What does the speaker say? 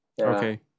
Okay